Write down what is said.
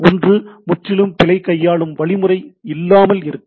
ஒன்று முற்றிலும் பிழை கையாளும் வழிமுறை இல்லாமல் இருக்கும்